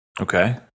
Okay